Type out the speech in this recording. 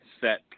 set